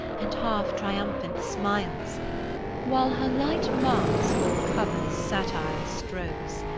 and half-triumphant smiles while her light mask or covers satire's strokes,